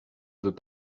veut